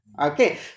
Okay